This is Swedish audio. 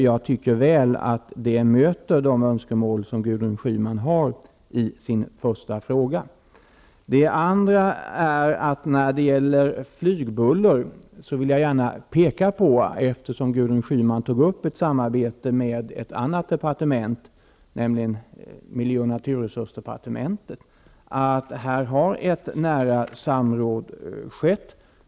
Jag tycker att det väl tillgodoser de synpunkter Gudrun Schyman förde fram i samband med sin fråga. Gudrun Schyman anser att vi bör samarbeta med ett annat departement, nämligen miljö och naturresursdepartementet, för att komma till rätta med flygbullret. Jag vill därför peka på att ett nära samråd har skett.